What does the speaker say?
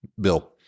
Bill